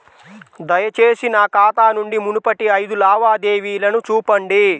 దయచేసి నా ఖాతా నుండి మునుపటి ఐదు లావాదేవీలను చూపండి